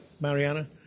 Mariana